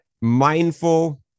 mindful